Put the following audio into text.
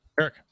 Eric